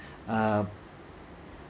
uh